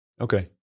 Okay